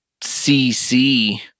CC